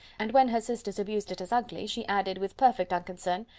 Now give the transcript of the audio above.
and when her sisters abused it as ugly, she added, with perfect unconcern,